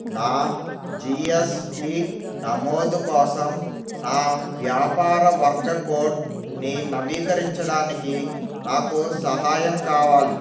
నా జీఎస్టీ నమోదు కోసం నా వ్యాపార వర్గ కోడ్ని నవీకరించడానికి నాకు సహాయం కావాలి